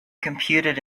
computed